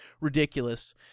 ridiculous